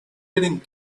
getting